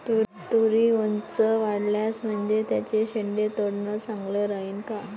तुरी ऊंच वाढल्या म्हनजे त्याचे शेंडे तोडनं चांगलं राहीन का?